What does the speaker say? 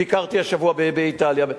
ביקרתי השבוע באיטליה.